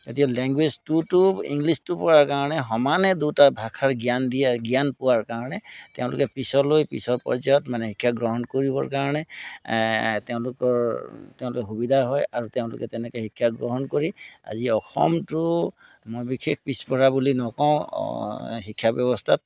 এতিয়া লেংগুৱেজ টুটো ইংলিছটো পৰাৰ কাৰণে সমানে দুটা ভাষাৰ জ্ঞান দিয়া জ্ঞান পোৱাৰ কাৰণে তেওঁলোকে পিছলৈ পিছৰ পৰ্যায়ত মানে শিক্ষা গ্ৰহণ কৰিবৰ কাৰণে তেওঁলোকৰ তেওঁলোকে সুবিধা হয় আৰু তেওঁলোকে তেনেকৈ শিক্ষা গ্ৰহণ কৰি আজি অসমটো মই বিশেষ পিছপৰা বুলি নকওঁ শিক্ষা ব্যৱস্থাত